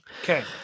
Okay